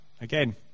Again